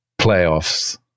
playoffs